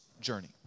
journey